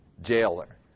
jailer